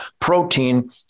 protein